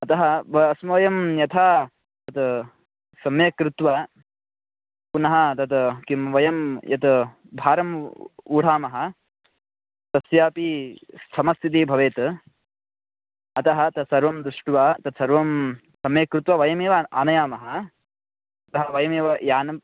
अतः वयं स्वयं यथा तत् सम्यक् कृत्वा पुनः तद् किं वयं यत् भारं व् व्यूढामः तस्यापि समस्थितिः भवेत् अतः तत्सर्वं दृष्ट्वा तत्सर्वं सम्यक् कृत्वा वयमेव आम् आनयामः अतः वयमेव यानं